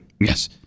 Yes